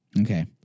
Okay